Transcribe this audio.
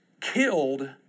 killed